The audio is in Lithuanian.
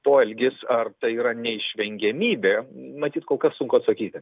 poelgis ar tai yra neišvengiamybė matyt kol kas sunku atsakyti